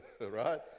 right